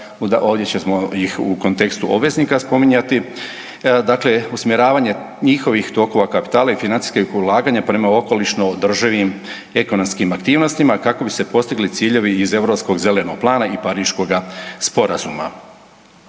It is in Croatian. ovdje ćemo ih u kontekstu obveznika spominjati. Dakle, usmjeravanje njihovih tokova kapitala i financijskih ulaganja prema okolišno održivim ekonomskim aktivnostima kako bi se postigli ciljevi iz Europskoga zelenog plana i Pariškoga sporazuma.